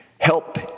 help